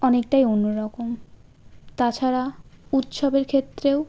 অনেকটাই অন্য রকম তাছাড়া উৎসবের ক্ষেত্রেও